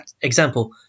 example